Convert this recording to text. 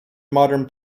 modern